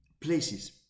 places